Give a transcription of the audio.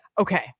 okay